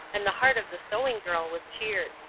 and the heart of the sewing-girl was cheered.